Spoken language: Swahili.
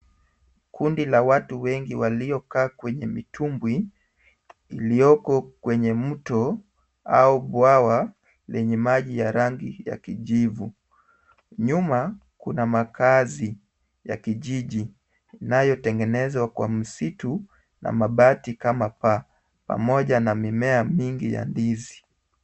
Kundi la watu wengi waliokaa kwenye mitumbwi iliyoko kwenye mto au bwawa lenye maji ya rangi ya kijivu. Nyuma kuna makaazi ya kijiji inayotengenezwa kwa msitu na mabati kama paa pamoja na mimea mingi ya ndizi.